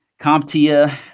CompTIA